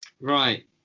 Right